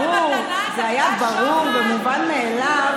הרי זה היה ברור, זה היה ברור ומובן מאליו,